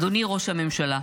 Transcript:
אדוני ראש הממשלה,